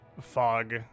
fog